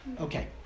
Okay